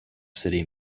city